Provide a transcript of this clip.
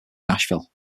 nashville